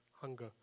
hunger